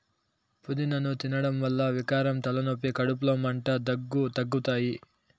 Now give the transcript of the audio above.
పూదినను తినడం వల్ల వికారం, తలనొప్పి, కడుపులో మంట, దగ్గు తగ్గుతాయి